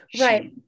right